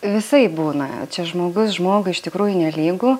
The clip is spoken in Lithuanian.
visaip būna čia žmogus žmogui iš tikrųjų nelygu